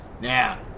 now